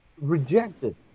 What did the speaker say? rejected